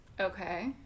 Okay